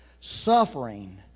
suffering